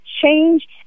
change